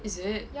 is it